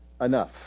enough